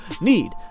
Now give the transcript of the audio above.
need